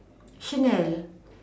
Chanel